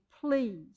please